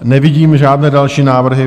Nevidím žádné další návrhy.